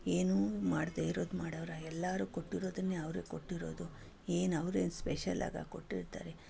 ಏನೂ ಮಾಡದೇ ಇರೋದು ಮಾಡವ್ರಾ ಎಲ್ಲರೂ ಕೊಟ್ಟಿರೋದನ್ನೇ ಅವರು ಕೊಟ್ಟಿರೋದು ಏನು ಅವ್ರೇನು ಸ್ಪೆಷಲ್ಲಾಗಿ ಕೊಟ್ಟಿರ್ತಾರೆ